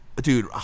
dude